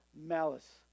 malice